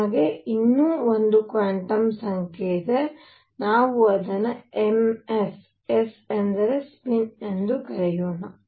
ನಮಗೆ ಇನ್ನೂ ಒಂದು ಕ್ವಾಂಟಮ್ ಸಂಖ್ಯೆ ಇದೆ ನಾವು ಅದನ್ನು m s s ಎಂದರೆ ಸ್ಪಿನ್ ಕರೆಯೋಣ